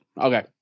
Okay